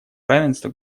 равенства